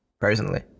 Personally